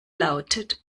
lautet